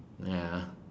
ya